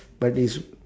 but it's